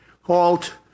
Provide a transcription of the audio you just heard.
halt